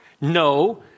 No